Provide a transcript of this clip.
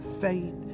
faith